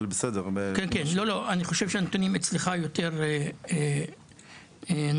כן אני חושב שאצלך הנתונים יותר נכונים.